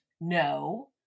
No